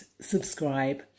subscribe